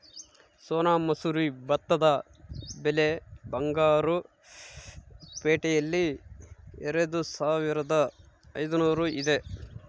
ಸೋನಾ ಮಸೂರಿ ಭತ್ತದ ಬೆಲೆ ಬಂಗಾರು ಪೇಟೆಯಲ್ಲಿ ಎರೆದುಸಾವಿರದ ಐದುನೂರು ಇದೆ